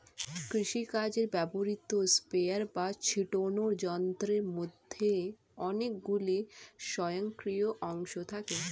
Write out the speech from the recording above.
কৃষিকাজে ব্যবহৃত স্প্রেয়ার বা ছিটোনো যন্ত্রের মধ্যে অনেকগুলি স্বয়ংক্রিয় অংশ থাকে